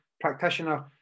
practitioner